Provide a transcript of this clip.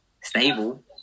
stable